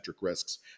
risks